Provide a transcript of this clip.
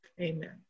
Amen